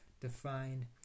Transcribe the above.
defined